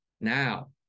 Now